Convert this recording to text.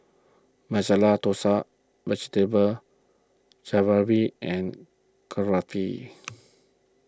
Masala Dosa Vegetable Jalfrezi and Kulfi